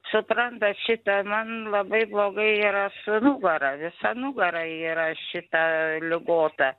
suprantat šita man labai blogai yra su nugara visa nugara yra šita ligota